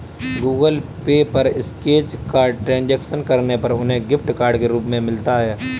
Google Pay पर scratch card transaction करने पर उन्हें गिफ्ट कार्ड के रूप में मिलता है